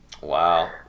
Wow